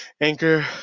Anchor